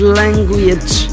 language